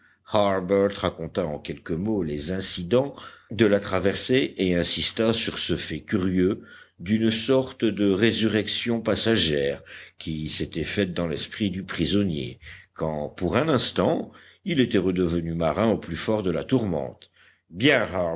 harbert raconta en quelques mots les incidents de la traversée et insista sur ce fait curieux d'une sorte de résurrection passagère qui s'était faite dans l'esprit du prisonnier quand pour un instant il était redevenu marin au plus fort de la tourmente bien